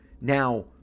now